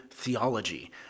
Theology